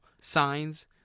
signs